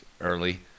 early